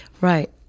Right